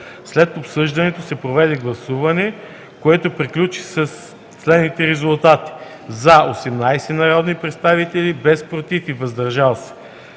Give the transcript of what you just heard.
След обсъждането се проведе гласуване, което приключи със следните резултати: „за” – 18 народни представители, без „против” и „въздържали